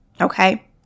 okay